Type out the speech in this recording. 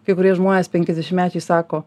kai kurie žmonės penkiasdešimtmečiai sako